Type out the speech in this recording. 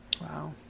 Wow